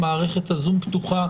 מערכת הזום פתוחה,